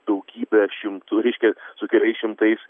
daugybe šimtų reiškia su keliais šimtais